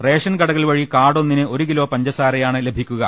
ration കടകൾ വഴി കാർഡൊന്നിന് ഒരു കിലോ പഞ്ചസാരയാണ് ലഭിക്കുക